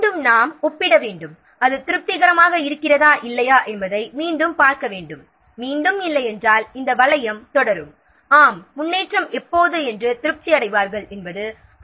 மீண்டும் நாம் ஒப்பிட வேண்டும் அது திருப்திகரமாக இருக்கிறதா இல்லையா என்பதை மீண்டும் பார்க்க வேண்டும் மீண்டும் இல்லையென்றால் இந்த வளையம் தொடரும் மேலும் முன்னேற்றம் திருப்திகரமாக இருந்தால் அதாவது முன்னேற்றம் அட்டவணையின் படி உள்ளது என்றால் பின்னர் ப்ராஜெக்ட் முடிந்த என்பதை நாம் சோதிப்போம்